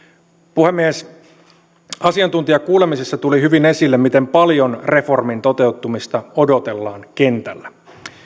puhemies asiantuntijakuulemisessa tuli hyvin esille miten paljon reformin toteutumista odotellaan kentällä